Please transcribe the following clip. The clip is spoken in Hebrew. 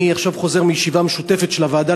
אני עכשיו חוזר מישיבה של הוועדה